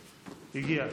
הגיע.